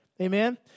Amen